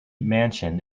mansion